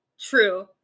True